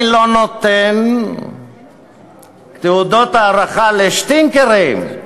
אני לא נותן תעודות הערכה לשטינקרים,